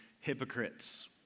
hypocrites